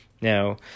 Now